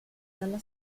dalla